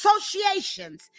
associations